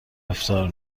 افطار